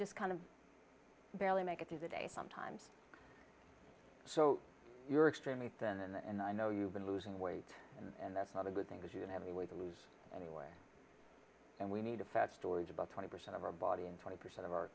just kind of barely make it through the day sometimes so you're extremely thin and i know you've been losing weight and that's not a good thing that you have any way to lose anyway and we need a fat stories about twenty percent of our body and twenty percent of our